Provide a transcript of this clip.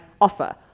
offer